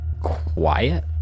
quiet